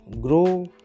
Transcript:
grow